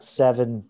seven